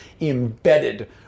embedded